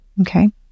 okay